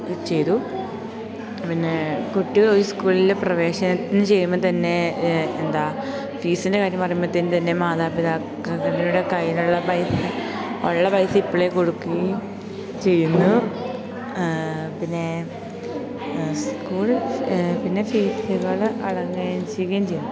ചെയ്തു പിന്നെ കുട്ടി ഒരു സ്കൂളിൽ പ്രവേശനത്തിന് ചെയ്യുമ്പോൾ തന്നെ എന്താ ഫീസിൻ്റെ കാര്യം പറയുമ്പോഴത്തേനു തന്നെ മാതാപിതാക്കളുടെ കയ്യിലുള്ള പൈസ ഉള്ള പൈസ ഇപ്പോഴേ കൊടക്കുകയും ചെയ്യുന്നു പിന്നെ സ്കൂൾ പിന്നെ ഫീസുകൾ ചെയ്യുന്നു